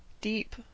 deep